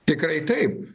tikrai taip